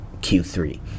Q3